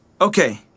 Okay